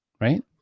right